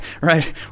right